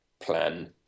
plan